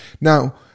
Now